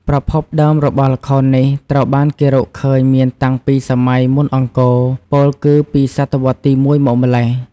ប្រភពដើមរបស់ល្ខោននេះ ត្រូវបានគេរកឃើញមានតាំងពីសម័យមុនអង្គរ ពោលគឺពីសតវត្សទី ១មកម្ល៉េះ។